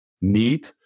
need